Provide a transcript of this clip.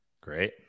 Great